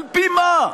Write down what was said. על-פי מה,